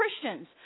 Christians